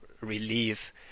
relief